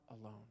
alone